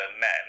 men